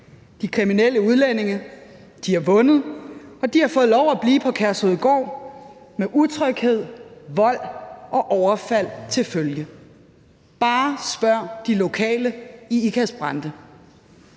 De kriminelle udlændinge har vundet, og de har fået lov at blive på Kærshovedgård med utryghed, vold og overfald til følge. Bare spørg de lokale i Ikast-Brande